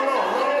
לא.